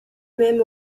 même